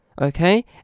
okay